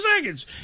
seconds